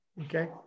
okay